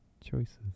choices